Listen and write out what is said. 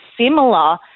similar